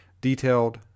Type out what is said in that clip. detailed